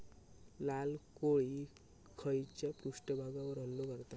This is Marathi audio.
लाल कोळी खैच्या पृष्ठभागावर हल्लो करतत?